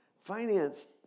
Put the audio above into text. Finance